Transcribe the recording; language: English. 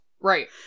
Right